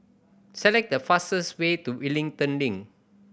select the fastest way to Wellington Link